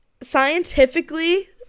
Scientifically